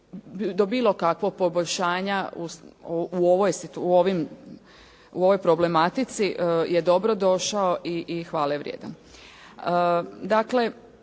do bilo kakvog poboljšanja u ovoj problematici je dobro došao i hvale vrijedan.